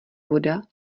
voda